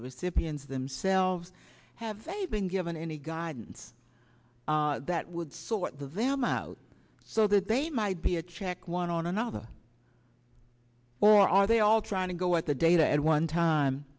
the recipients them selves have they been given any guidance that would sort the them out so that they might be a check one on another or are they all trying to go at the data at one time